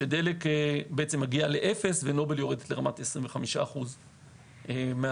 ודלק מגיעה ל-0 ונובל יורדת ל-25% מהאחזקות.